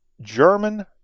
German